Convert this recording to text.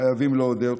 חייבים להודות,